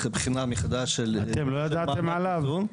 בחינה מחדש --- אתם לא ידעתם עליו?